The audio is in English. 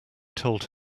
told